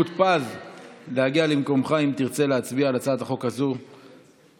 תכף נראה אם זה השפיע על תוצאות ההצבעה.